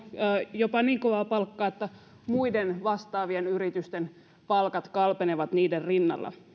jopa niin kovaa palkkaa että muiden vastaavien yritysten palkat kalpenevat niiden rinnalla